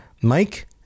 Mike